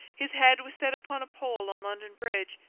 his head was set upon a pole on london bridge,